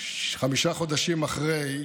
חמישה חודשים אחרי,